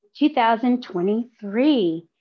2023